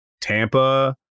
Tampa